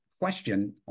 question